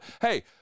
hey